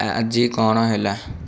ଆଜି କ'ଣ ହେଲା